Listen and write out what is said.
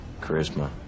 charisma